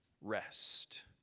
rest